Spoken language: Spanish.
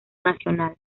nacional